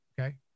okay